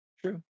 True